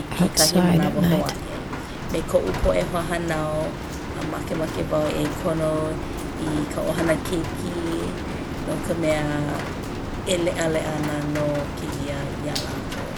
i kekahi manawa hou aʻe me koʻu poʻe hoahānau a makemake wau e kono i ka ʻohana keiki no ka mea e leʻaleʻa ana nō kēia iā lākou.